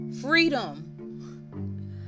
freedom